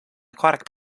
aquatic